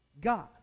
God